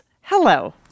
Hello